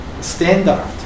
standard